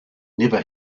never